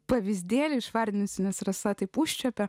pavyzdėlių išvardinsiu nes rasa taip užčiuopė